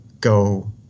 go